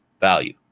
value